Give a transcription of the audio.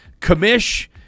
Kamish